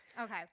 Okay